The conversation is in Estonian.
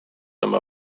oma